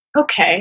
Okay